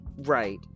Right